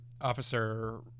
officer